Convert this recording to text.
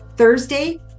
Thursday